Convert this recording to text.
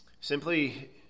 Simply